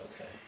Okay